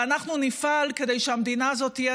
ואנחנו נפעל כדי שהמדינה הזאת תהיה